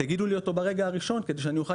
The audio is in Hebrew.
תגידו לי אותו ברגע הראשון כדי שאני אוכל